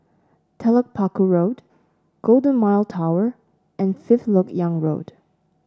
Telok Paku Road Golden Mile Tower and Fifth LoK Yang Road